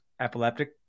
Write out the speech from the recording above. epileptic